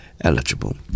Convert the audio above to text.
eligible